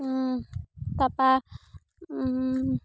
তাপা